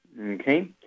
Okay